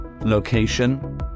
location